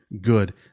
good